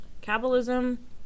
capitalism